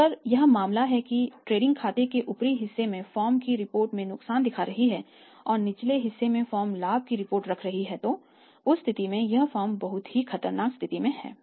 तो अगर यह मामला है कि ट्रेडिंग खाते के ऊपरी हिस्से में फर्म रिपोर्ट में नुकसान दिखा रही है और निचले हिस्से में फर्म लाभ की रिपोर्ट कर रही है तो उस स्थिति में यह फर्म बहुत ही खतरनाक स्थिति है